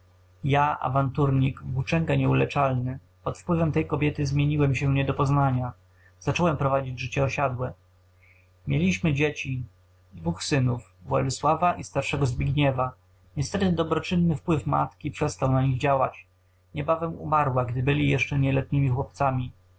ja awanturnik włóczęga nieuleczalny pod wpływem tej kobiety zmieniłem się do niepoznania zacząłem prowadzić życie osiadłe mieliśmy dzieci dwóch synów władysława i starszego zbigniewa niestety dobroczynny wpływ matki przestał na nich działać niebawem umarła gdy byli jeszcze nieletnimi chłopcami